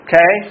Okay